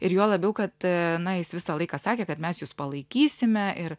ir juo labiau kad na jis visą laiką sakė kad mes jus palaikysime ir